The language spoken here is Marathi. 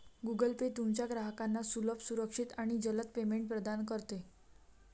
गूगल पे तुमच्या ग्राहकांना सुलभ, सुरक्षित आणि जलद पेमेंट प्रदान करते